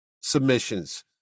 submissions